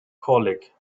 colic